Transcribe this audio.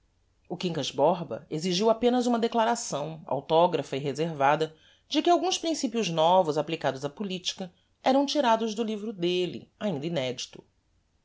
o quincas borba exigiu apenas uma declaração autographa e reservada de que alguns principios novos applicados á politica eram tirados do livro delle ainda inedito